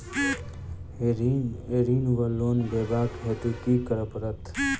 ऋण वा लोन लेबाक हेतु की करऽ पड़त?